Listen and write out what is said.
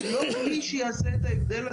לכן זה לא כלי שיעשה את ההבדל.